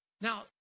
now